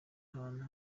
ahantu